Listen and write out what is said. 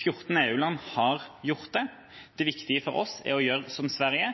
14 EU-land har gjort det. Det viktige for oss er å gjøre som Sverige: